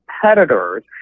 competitors